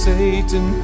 Satan